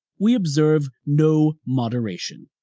we observe no moderation.